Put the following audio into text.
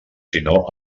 sinó